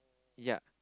ya